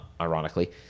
ironically